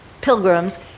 pilgrims